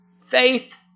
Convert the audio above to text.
faith